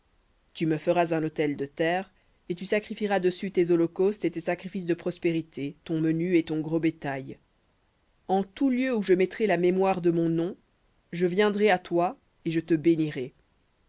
tu me feras un autel de terre et tu sacrifieras dessus tes holocaustes et tes sacrifices de prospérités ton menu et ton gros bétail en tout lieu où je mettrai la mémoire de mon nom je viendrai à toi et je te bénirai